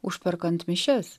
užperkant mišias